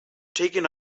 taking